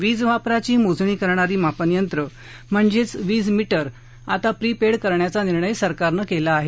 वीज वापराची मोजणी करणारी मापनयंत्रं म्हणजेच वीजमीटर आता प्रिपेड करण्याचा निर्णय सरकारनं घेतला आहे